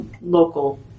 local